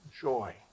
joy